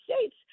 States